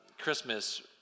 Christmas